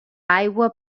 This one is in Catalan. aigua